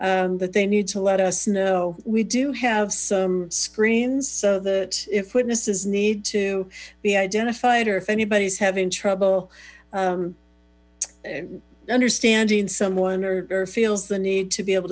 that they need to let us know we do have some screens so that if witnesses need to be identified or if anybody is having trouble understanding someone or feels the need to be able